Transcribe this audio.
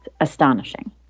astonishing